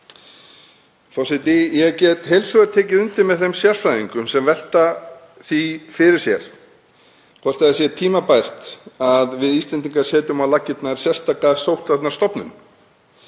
Forseti. Ég get heils hugar tekið undir með þeim sérfræðingum sem velta því fyrir sér hvort það sé tímabært að við Íslendingar setjum á laggirnar sérstaka sóttvarnastofnun.